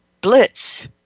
blitz